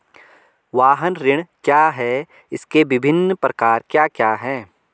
वाहन ऋण क्या है इसके विभिन्न प्रकार क्या क्या हैं?